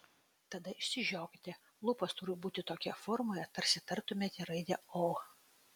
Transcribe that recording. tada išsižiokite lūpos turi būti tokioje formoje tarsi tartumėte raidę o